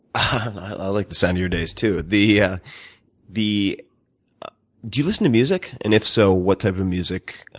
i like the sound of your days too. the yeah the do you listen to music? and if so, what type of music?